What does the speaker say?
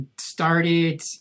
started